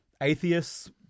atheists